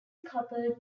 coupled